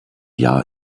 jahr